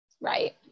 right